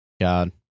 God